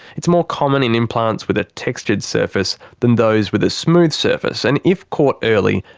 it's more common in implants with a textured surface, than those with a smooth surface, and if caught early,